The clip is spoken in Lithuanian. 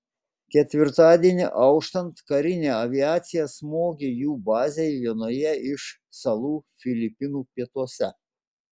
ketvirtadienį auštant karinė aviacija smogė jų bazei vienoje iš salų filipinų pietuose